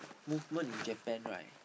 movement in Japan right